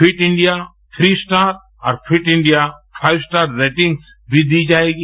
fit India three star और fit India five star ratings भी दी जाएगी